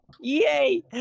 Yay